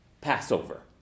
Passover